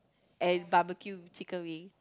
and barbecue chicken wing